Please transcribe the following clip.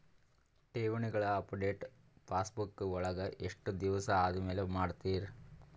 ಠೇವಣಿಗಳ update passbook ವಳಗ ಎಷ್ಟ ದಿವಸ ಆದಮೇಲೆ ಮಾಡ್ತಿರ್?